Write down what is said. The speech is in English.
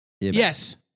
Yes